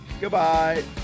Goodbye